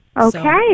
Okay